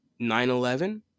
9-11